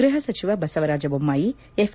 ಗೃಹ ಸಚಿವ ಬಸವರಾಜ ಬೊಮ್ಮಾಯಿ ಎಫ್